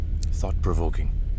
thought-provoking